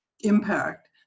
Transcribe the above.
impact